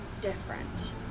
different